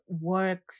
works